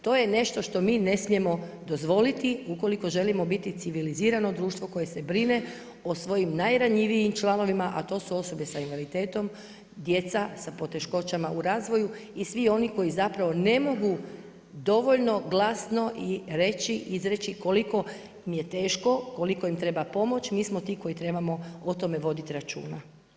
To je nešto što mi ne smijemo dozvoliti ukoliko želimo biti civilizirano društvo koje se brine o svojim najranjivijim članovima, a to su osobe s invaliditetom, djeca sa poteškoćama u razvoju i svi oni koji zapravo ne mogu dovoljno glasno reći i izreći koliko mi je teško, koliko mi treba pomoć, mi smo ti koji trebamo o tome voditi računa.